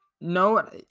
no